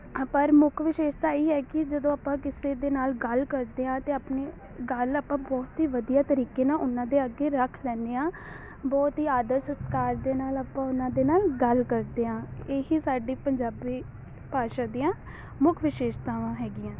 ਪਰ ਮੁੱਖ ਵਿਸ਼ੇਸ਼ਤਾ ਇਹੀ ਹੈ ਕਿ ਜਦੋਂ ਆਪਾਂ ਕਿਸੇ ਦੇ ਨਾਲ ਗੱਲ ਕਰਦੇ ਹਾਂ ਤਾਂ ਆਪਣੇ ਗੱਲ ਆਪਾਂ ਬਹੁਤ ਹੀ ਵਧੀਆ ਤਰੀਕੇ ਨਾਲ ਉਹਨਾਂ ਦੇ ਅੱਗੇ ਰੱਖ ਲੈਂਦੇ ਹਾਂ ਬਹੁਤ ਹੀ ਆਦਰ ਸਤਿਕਾਰ ਦੇ ਨਾਲ ਆਪਾਂ ਉਹਨਾਂ ਦੇ ਨਾਲ ਗੱਲ ਕਰਦੇ ਹਾਂ ਇਹੀ ਸਾਡੀ ਪੰਜਾਬੀ ਭਾਸ਼ਾ ਦੀਆਂ ਮੁੱਖ ਵਿਸ਼ੇਸ਼ਤਾਵਾਂ ਹੈਗੀਆਂ